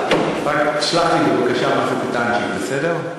רק שלח לי בבקשה משהו קטנצ'יק, בסדר?